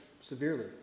severely